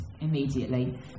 immediately